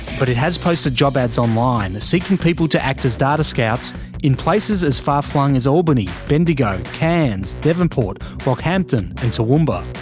but it has posted job ads online seeking people to act as data scouts in places as far flung as albany, bendigo, cairns, devonport, rockhampton and toowoomba.